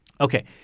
Okay